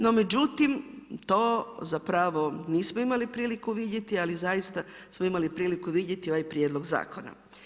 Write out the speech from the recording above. No međutim, to zapravo nismo imali priliku vidjeti ali zaista smo imali priliku vidjeti ovaj prijedlog zakona.